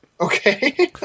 Okay